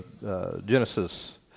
Genesis